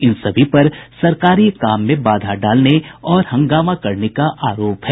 इन सभी पर सरकारी काम में बाधा डालने और हंगामा करने का आरोप है